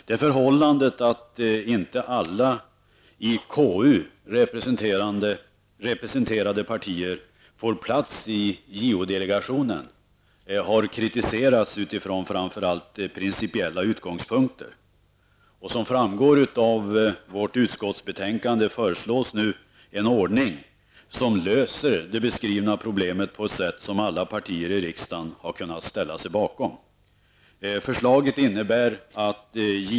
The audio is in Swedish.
Det förhållandet att inte alla i KU representerade partier får plats i JO-delegationen har kritiserats utifrån principiella utgångspunkter. Som framgår av utskottsbetänkandet föreslås nu en ordning som löser det beskrivna problemet på ett sätt som alla partier i riksdagen har kunnat ställa sig bakom.